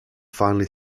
finally